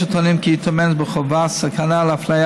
יש הטוענים כי היא טומנת בחובה סכנה לאפליה